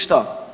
Što?